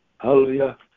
Hallelujah